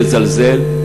בלי לזלזל,